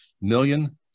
million